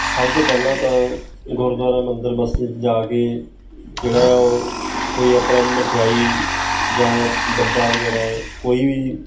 ਸਭ ਤੋਂ ਪਹਿਲਾ ਤਾਂ ਗੁਰੂਦੁਆਰਾ ਮੰਦਰ ਮਸਜਿਦ ਜਾ ਕੇ ਜਿਹੜਾ ਆ ਉਹ ਕੋਈ ਆਪਣਾ ਮਠਿਆਈ ਜਾਂ ਡੱਬਾ ਵਗੈਰਾ ਕੋਈ ਵੀ